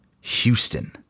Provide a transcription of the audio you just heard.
Houston